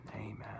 amen